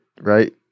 right